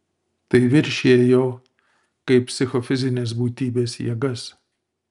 tai viršija jo kaip psichofizinės būtybės jėgas